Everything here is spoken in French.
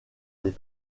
des